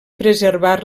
preservar